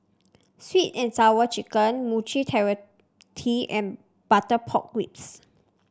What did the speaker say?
sweet and Sour Chicken Mochi and Butter Pork Ribs